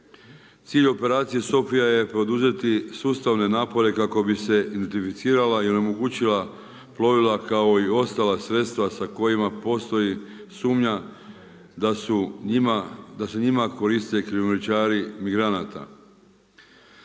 Cilj Operacije Sofija je poduzeti sustavne napore kako bi se identificirala i onemogućila plovila kao i ostala sredstva sa kojima postoji sumnja da se njima koriste krijumčari migranata.